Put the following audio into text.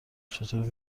چطور